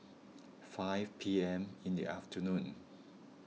five P M in the afternoon